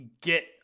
get